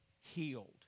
healed